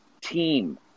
team